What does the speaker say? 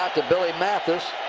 to billy mathis.